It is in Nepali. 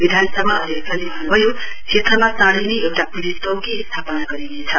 विधानसभा अध्यक्षले भन्न् भयो क्षेत्रमा चाडै नै एउटा प्लिस चौकी स्थापना गरिनेछ